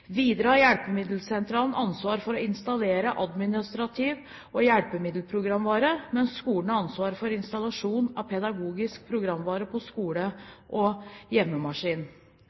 Videre har hjelpemiddelsentralen ansvar for å installere administrativ programvare og hjelpemiddelprogramvare, mens skolen har ansvar for installasjon av pedagogisk programvare på skole- og hjemmemaskin.